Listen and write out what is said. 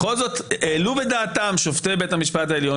בכל זאת העלו בדעתם שופטי בית המשפט העליון